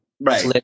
right